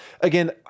again